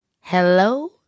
Hello